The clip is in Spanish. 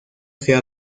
sea